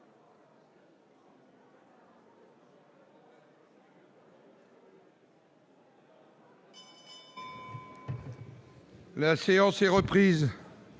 La séance est reprise.